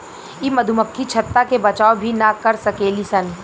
इ मधुमक्खी छत्ता के बचाव भी ना कर सकेली सन